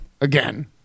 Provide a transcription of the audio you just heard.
Again